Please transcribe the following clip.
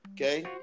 Okay